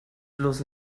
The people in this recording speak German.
bloß